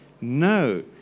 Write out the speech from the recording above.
No